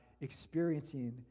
experiencing